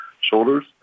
shoulders